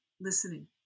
listening